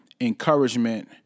encouragement